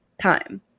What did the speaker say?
time